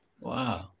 Wow